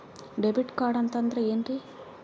Debit card ಅಂತಂದ್ರೆ ಏನ್ರೀ?